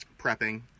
prepping